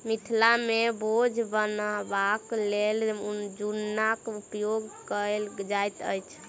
मिथिला मे बोझ बन्हबाक लेल जुन्नाक उपयोग कयल जाइत अछि